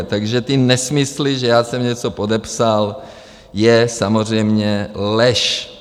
Takže ty nesmysly, že já jsem něco podepsal, je samozřejmě lež.